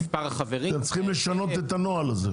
אתם צריכים לשנות את הנוהל הזה.